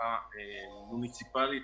ותמיכה מוניציפלית,